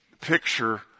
picture